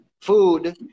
food